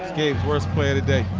worst play of the day,